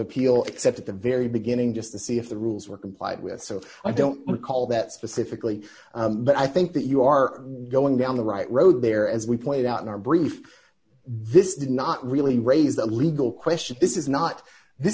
at the very beginning just to see if the rules were complied with so i don't recall that specifically but i think that you are going down the right road there as we point out in our brief this did not really raise the legal question this is not this